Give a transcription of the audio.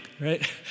right